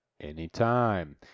anytime